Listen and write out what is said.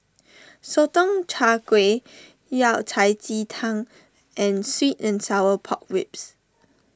Sotong Char Kway Yao Cai Ji Tang and Sweet and Sour Pork Ribs